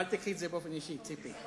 אל תיקחי את זה באופן אישי, ציפי.